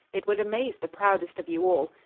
it would amaze the prowdest of you all.